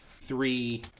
three